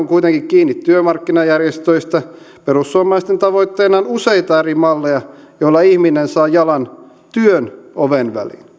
kuitenkin kiinni työmarkkinajärjestöistä perussuomalaisten tavoitteena on useita eri malleja joilla ihminen saa jalan työn oven väliin